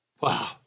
Wow